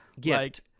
Gift